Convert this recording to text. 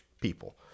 people